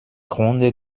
grunde